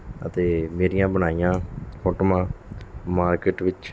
ਅਤੇ ਮੇਰੀਆਂ ਬਣਾਈਆਂ ਫੋਟੋਆਂ ਮਾਰਕੀਟ ਵਿੱਚ